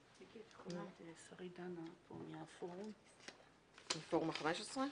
מאיה קרבטרי מפורום ה-15.